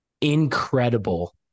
incredible